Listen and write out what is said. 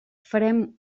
farem